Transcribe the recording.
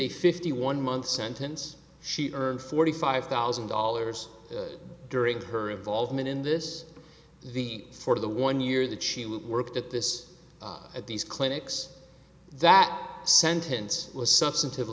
a fifty one month sentence she earned forty five thousand dollars during her involvement in this the four the one year that she worked at this at these clinics that sentence was substantive